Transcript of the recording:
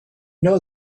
know